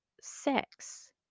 sex